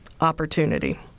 opportunity